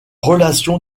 relation